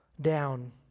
down